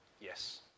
yes